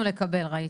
-- ביקשנו לקבל, ראית.